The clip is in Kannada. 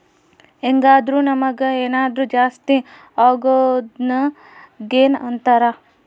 ಹೆಂಗಾದ್ರು ನಮುಗ್ ಏನಾದರು ಜಾಸ್ತಿ ಅಗೊದ್ನ ಗೇನ್ ಅಂತಾರ